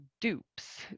dupes